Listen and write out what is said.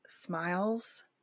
smiles